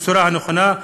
בצורה הנכונה,